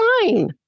fine